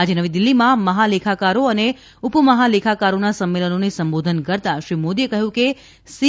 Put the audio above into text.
આજે નવી દિલ્હીમાં મહાલેખાકારો અને ઉપ મહાલેખાકારોના સંમેલનોને સંબોધન કરતાં શ્રી મોદીએ કહ્યું કે સી